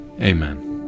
Amen